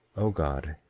o god,